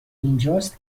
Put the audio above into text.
اینجاست